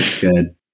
good